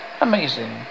Amazing